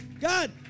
God